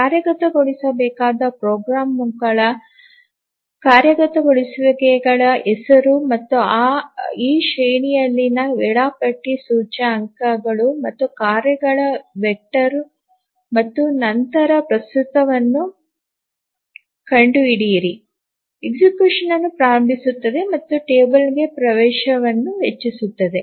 ಕಾರ್ಯಗತಗೊಳಿಸಬೇಕಾದ ಪ್ರೋಗ್ರಾಂಗಳ ಕಾರ್ಯಗತಗೊಳಿಸುವಿಕೆಗಳ ಹೆಸರು ಮತ್ತು ಈ ಶ್ರೇಣಿಯಲ್ಲಿನ ವೇಳಾಪಟ್ಟಿ ಸೂಚ್ಯಂಕಗಳು ಮತ್ತು ಕಾರ್ಯಗಳ ವೆಕ್ಟರ್ ಮತ್ತು ನಂತರ ಪ್ರಸ್ತುತವನ್ನು ಕಂಡುಹಿಡಿಯಿರಿ executionಯನ್ನು ಪ್ರಾರಂಭಿಸುತ್ತದೆ ಮತ್ತು ಟೇಬಲ್ಗೆ ಪ್ರವೇಶವನ್ನು ಹೆಚ್ಚಿಸುತ್ತದೆ